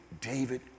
David